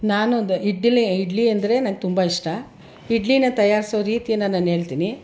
ನಾನೊಂದು ಇಡ್ಡಲಿ ಇಡ್ಲಿಯೆಂದರೆ ನಂಗೆ ತುಂಬ ಇಷ್ಟ ಇಡ್ಲಿನ ತಯಾರಿಸೋ ರೀತಿನ ನಾನು ಹೇಳ್ತೀನಿ